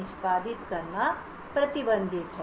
निष्पादित करना प्रतिबंधित है